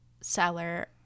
seller